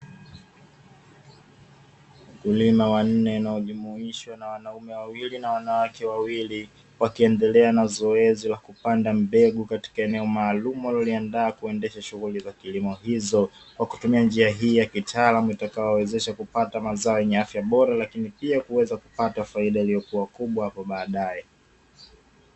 Wakulima wanne wanaojumuisha na wanaume wawili na wanawake wawili, wakiendelea na zoezi la kupanda mbegu katika eneo maalumu, walioliandaa kuendesha shughuli za kilimo hizo kwa kutumia njia hii ya kitaalamu itayowawezesha kupata mazao yenye afya bora lakini pia waweze kupata faida iliyokuwa kwa baadaye.